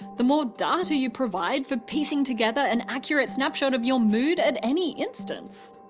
the more data you provide for piecing together an accurate snapshot of your mood at any instance.